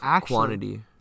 quantity